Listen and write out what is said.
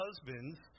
Husbands